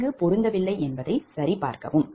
இங்கு பொருந்தவில்லை என்பதைச் சரிபார்க்கவும்